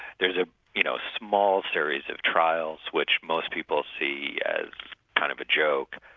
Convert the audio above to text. there's a you know small series of trials which most people see as kind of a joke,